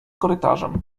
korytarzem